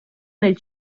nel